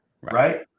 right